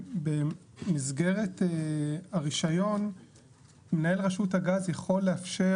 במסגרת הרישיון מנהל רשות הגז יכול לאפשר